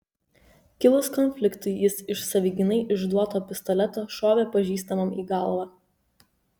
kilus konfliktui jis iš savigynai išduoto pistoleto šovė pažįstamam į galvą